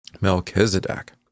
Melchizedek